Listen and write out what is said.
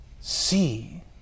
see